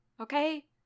okay